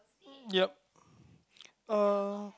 yup uh